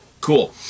Cool